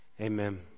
Amen